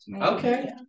Okay